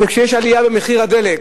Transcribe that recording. וכשיש עלייה במחיר הדלק,